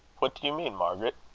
what do you mean, margaret?